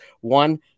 One